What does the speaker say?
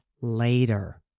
later